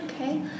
okay